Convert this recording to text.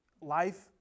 life